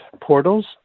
portals